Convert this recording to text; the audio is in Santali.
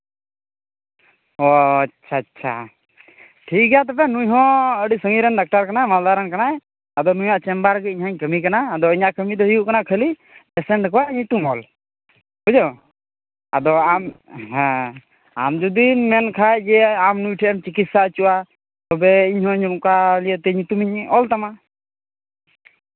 ᱚ ᱟᱪᱪᱷᱟ ᱟᱪᱪᱷᱟ ᱴᱷᱤᱠ ᱜᱮᱭᱟ ᱛᱚᱵᱮ ᱱᱩᱭ ᱦᱚᱸ ᱟᱹᱰᱤ ᱥᱟᱺᱜᱤᱧ ᱨᱮᱱ ᱰᱟᱠᱛᱟᱨ ᱠᱟᱱᱟᱭ ᱢᱟᱞᱫᱟ ᱨᱮᱱ ᱠᱟᱱᱟᱭ ᱟᱫᱚ ᱱᱩᱭᱟᱜ ᱪᱮᱢᱵᱟᱨ ᱜᱮ ᱤᱧ ᱦᱚᱧ ᱠᱟᱹᱢᱤ ᱠᱟᱱᱟ ᱟᱫᱤ ᱤᱧᱟᱹᱜ ᱠᱟᱹᱢᱤ ᱫᱚ ᱦᱩᱭᱩᱜ ᱠᱟᱱᱟ ᱠᱷᱟᱹᱞᱤ ᱯᱮᱥᱮᱱᱴ ᱠᱚᱣᱟᱜ ᱧᱩᱛᱩᱢ ᱚᱞ ᱵᱩᱡᱷᱟᱹᱣ ᱟᱫᱚ ᱟᱢ ᱦᱮᱸ ᱟᱢ ᱡᱩᱫᱤᱢ ᱢᱮᱱᱠᱷᱟᱱ ᱡᱮ ᱟᱢ ᱱᱩᱭ ᱴᱷᱮᱱᱮᱢ ᱪᱤᱠᱤᱛᱥᱟ ᱦᱚᱪᱚᱜᱼᱟ ᱛᱚᱵᱮ ᱤᱧᱦᱚᱧ ᱚᱱᱠᱟ ᱤᱭᱟᱹᱛᱮ ᱧᱩᱛᱩᱢᱤᱧ ᱚᱞ ᱛᱟᱢᱟ